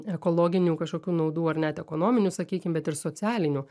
ekologinių kažkokių naudų ar net ekonominių sakykim bet ir socialinių